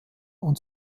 und